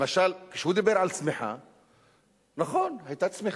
למשל, כשהוא דיבר על צמיחה, נכון, היתה צמיחה,